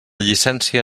llicència